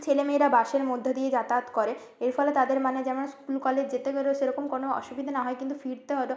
ছেলে মেয়েরা বাসের মধ্যে দিয়ে যাতায়াত করে এর ফলে তাদের মানে যেমন স্কুল কলেজ যেতে গেলেও সেরকম কোনও অসুবিধা না হয় কিন্তু ফিরতে হয়তো